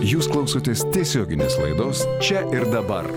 jūs klausotės tiesioginės laidos čia ir dabar